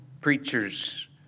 preachers